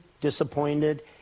disappointed